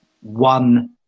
one